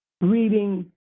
reading